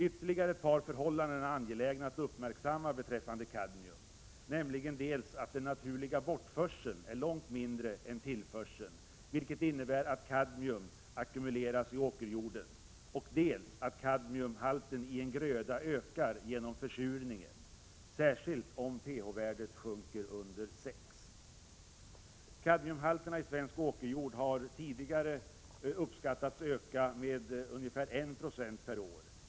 Ytterligare ett par förhållanden är angelägna att uppmärksamma beträffande kadmium, dels att den naturliga bortförseln är långt mindre än tillförseln, vilket innebär att kadmium ackumuleras i åkerjorden, dels att kadmiumhalten i en gröda ökar genom försurningen, särskilt om pH-värdet sjunker under 6. Kadmiumhalterna i svensk åkerjord har tidigare uppskattats öka med ca 196 per år.